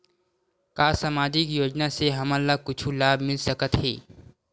का सामाजिक योजना से हमन ला कुछु लाभ मिल सकत हे?